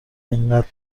اینقدر